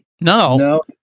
No